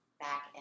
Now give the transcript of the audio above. back